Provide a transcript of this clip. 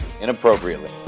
inappropriately